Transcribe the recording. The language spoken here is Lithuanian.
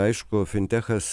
aišku fintechas